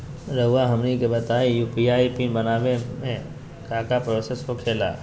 रहुआ हमनी के बताएं यू.पी.आई पिन बनाने में काका प्रोसेस हो खेला?